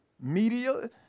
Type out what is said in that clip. media